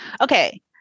Okay